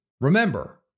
Remember